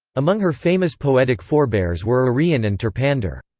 among her famous poetic forebears were arion and terpander.